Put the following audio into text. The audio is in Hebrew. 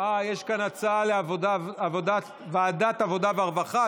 להגדלת שיעור ההשתתפות בכוח העבודה ולצמצום פערים חברתיים (מענק עבודה)